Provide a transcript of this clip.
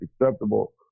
acceptable